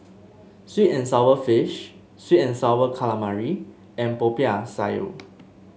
sweet and sour fish sweet and sour calamari and Popiah Sayur